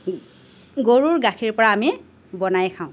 গৰুৰ গাখীৰ পৰা আমি বনাই খাওঁ